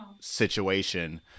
situation